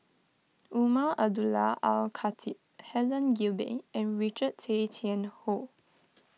Umar Abdullah Al Khatib Helen Gilbey and Richard Tay Tian Hoe